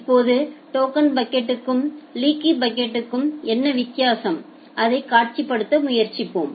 இப்போது டோக்கன் பக்கெட்க்கும் லீக்கி பக்கெட்க்கும் என்ன வித்தியாசம் அதைக் காட்சிப்படுத்த முயற்சிப்போம்